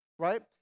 Right